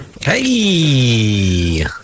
Hey